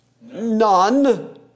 none